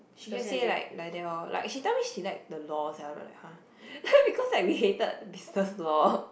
she just say like like that lor like she tell me she like the law sia know that kind of thing because we like hated business law